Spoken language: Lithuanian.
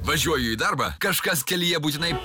važiuoju į darbą kažkas kelyje būtinai